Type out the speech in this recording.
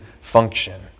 function